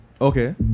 okay